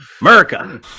America